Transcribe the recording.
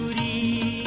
a